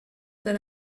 that